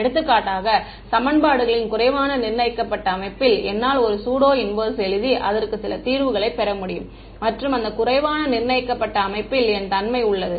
எடுத்துக்காட்டாக சமன்பாடுகளின் குறைவான நிர்ணயிக்கப்பட்ட அமைப்பில் என்னால் ஒரு ஸுடோ இன்வெர்ஸ் எழுதி அதற்கு சில தீர்வுகளைப் பெற முடியும் மற்றும் அந்த குறைவான நிர்ணயிக்கப்பட்ட அமைப்பில் என்ன தன்மை உள்ளது